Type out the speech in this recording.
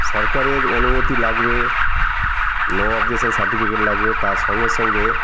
সরকারের অনুমতি লাগবে নো অবকেজশন সার্টিফিকেট লাগবে তার সঙ্গে সঙ্গে